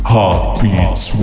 Heartbeats